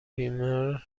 بیمار